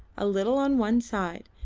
a little on one side,